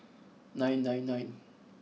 nine nine nine